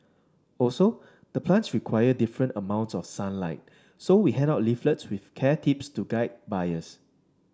also the plants require different amounts of sunlight so we hand out leaflet with care tips to guide buyers